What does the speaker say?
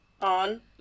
On